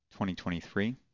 2023